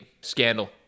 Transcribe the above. scandal